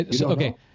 Okay